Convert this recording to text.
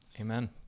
Amen